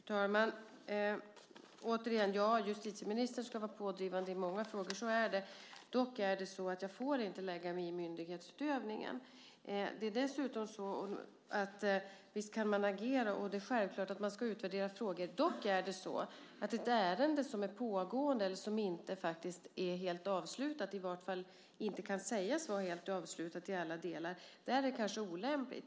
Fru talman! Återigen: Ja, justitieministern ska vara pådrivande i många frågor. Så är det. Jag får emellertid inte lägga mig i myndighetsutövningen. Visst kan man agera, och det är självklart att man ska utvärdera frågor. Men när det gäller ett pågående ärende, ett ärende som inte är helt avslutat - eller i varje fall inte kan sägas vara helt avslutat i alla delar - då är det kanske olämpligt.